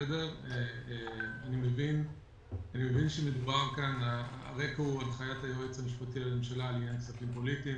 אני מבין שהרקע הוא הנחיית היועץ המשפטי לממשלה בעניין כספים פוליטיים